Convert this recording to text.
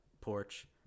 porch